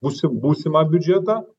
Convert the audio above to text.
būsi būsimą biudžetą